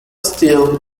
steel